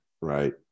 right